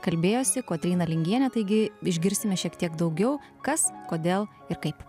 kalbėjosi kotryna lingienė taigi išgirsime šiek tiek daugiau kas kodėl ir kaip